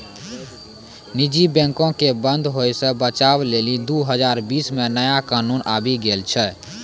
निजी बैंको के बंद होय से बचाबै लेली दु हजार बीस मे नया कानून आबि गेलो छै